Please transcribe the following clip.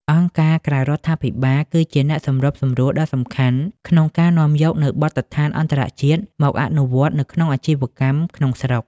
អង្គការក្រៅរដ្ឋាភិបាលគឺជាអ្នកសម្របសម្រួលដ៏សំខាន់ក្នុងការនាំយកនូវ "បទដ្ឋានអន្តរជាតិ" មកអនុវត្តនៅក្នុងអាជីវកម្មក្នុងស្រុក។